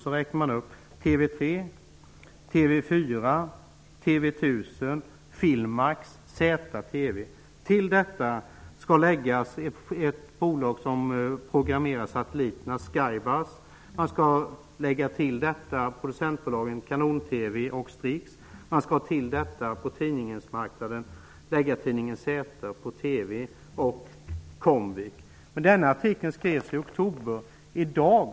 Sedan räknar man upp TV 3, TV 4, Till detta skall läggas ett bolag som programmerar satelliterna, Skybus, samt producentbolagen Kanon-TV och Strix Television, på tidningsmarknaden tidningen Z och På TV, och därutöver Comviq. Denna artikel skrevs i oktober 1993.